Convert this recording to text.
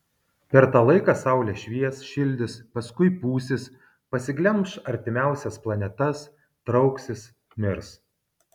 per tą laiką saulė švies šildys paskui pūsis pasiglemš artimiausias planetas trauksis mirs